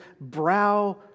brow